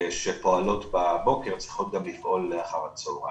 שפועלות בבוקר צריכות גם לפעול אחר הצהריים.